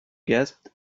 gasped